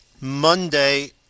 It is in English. Monday